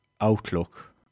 outlook